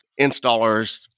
installers